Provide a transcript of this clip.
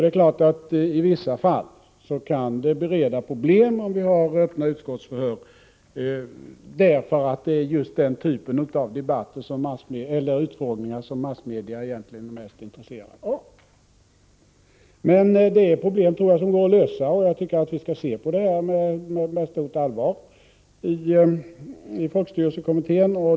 Det är klart att det i vissa fall kan bereda problem om vi har öppna utskottsförhör, eftersom det är just den typen av utfrågningar som massmedia egentligen är mest intresserade av. Jag tror emellertid att det är problem som går att lösa, och jag tycker att vi skall se på detta med stort allvar i folkstyrelsekommittén.